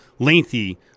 lengthy